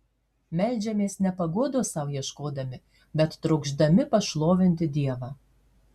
meldžiamės ne paguodos sau ieškodami bet trokšdami pašlovinti dievą